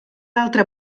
altra